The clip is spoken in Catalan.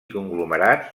conglomerats